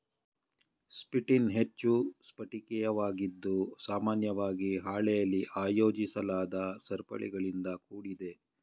chitin ಹೆಚ್ಚು ಸ್ಫಟಿಕೀಯವಾಗಿದ್ದು ಸಾಮಾನ್ಯವಾಗಿ ಹಾಳೆಲಿ ಆಯೋಜಿಸಲಾದ ಸರಪಳಿಗಳಿಂದ ಕೂಡಿದೆ